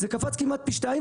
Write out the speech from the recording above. זה קפץ כמעט פי שתיים.